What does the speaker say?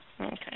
Okay